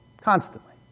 constantly